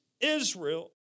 Israel